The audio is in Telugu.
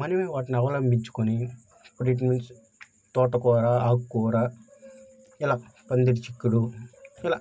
మనమే వాటిని అవలంబించుకొని విటమిన్స్ తోటకూర ఆకుకూర ఇలా పందిరి చిక్కుడు ఇలా